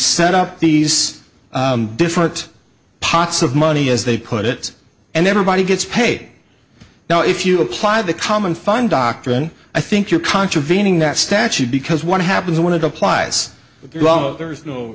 set up these different pots of money as they put it and everybody gets paid now if you apply the common fund doctrine i think you're contravening that statute because what happens when it applies there is no